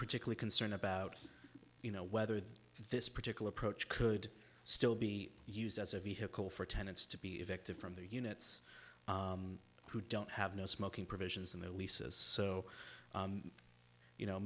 particularly concerned about you know whether this particular approach could still be used as a vehicle for tenants to be evicted from their units who don't have no smoking provisions in their leases so you know